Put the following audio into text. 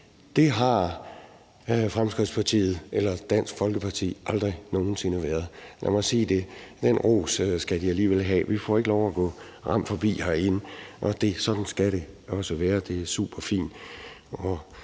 det. Berøringsangste har Dansk Folkeparti aldrig nogen sinde været. Lad mig sige det. Den ros skal de alligevel have. Vi får ikke lov at gå ram forbi herinde, og sådan skal det også være. Det er superfint.